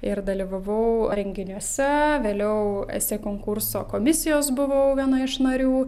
ir dalyvavau renginiuose vėliau esė konkurso komisijos buvau viena iš narių